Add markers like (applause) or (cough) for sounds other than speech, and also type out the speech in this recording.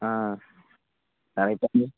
ആ (unintelligible)